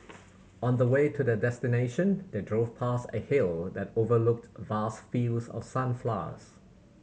on the way to their destination they drove past a hill that overlooked vast fields of sunflowers